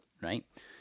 right